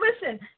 listen